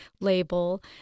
label